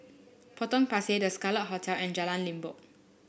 Potong Pasir The Scarlet Hotel and Jalan Limbok